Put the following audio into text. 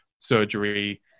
surgery